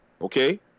okay